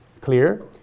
clear